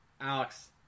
Alex